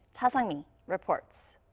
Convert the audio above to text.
cha sang-mi reports